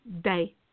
day